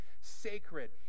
sacred